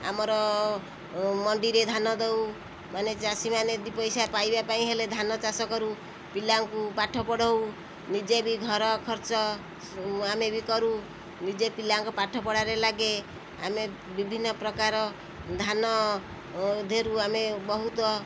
ଆମର ମଣ୍ଡିରେ ଧାନ ଦେଉ ମାନେ ଚାଷୀମାନେ ଦୁଇ ପଇସା ପାଇବା ପାଇଁ ହେଲେ ଧାନ ଚାଷ କରୁ ପିଲାଙ୍କୁ ପାଠ ପଢ଼ାଉ ନିଜେ ବି ଘର ଖର୍ଚ୍ଚ ଆମେ ବି କରୁ ନିଜେ ପିଲାଙ୍କ ପାଠ ପଢ଼ାରେ ଲାଗେ ଆମେ ବିଭିନ୍ନପ୍ରକାର ଧାନ ଦେହରୁ ଆମେ ବହୁତ